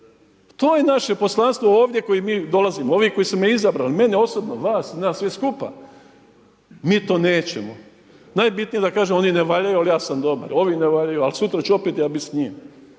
to je naše poslanstvo ovdje koji mi dolazimo. Ovi koji su me izabrali, mene osobno, vas i nas sve skupa. Mi to nećemo. Najbitnije je da kažemo oni ne valjaju ali ja sam dobar. Ovi ne valjaju ali sutra ću opet ja biti s njim.